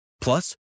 Plus